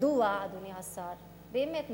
מדוע, אדוני השר, באמת מדוע,